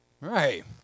Right